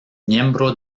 miembro